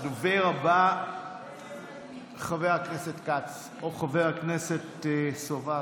הדובר הבא, חבר הכנסת כץ או חבר הכנסת סובה,